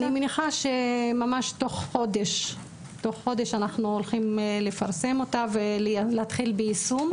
אני מניחה שממש תוך חודש אנחנו הולכים לפרסם אותה ולהתחיל ביישום.